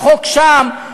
בחוק שם,